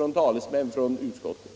av talesmän för utskottet.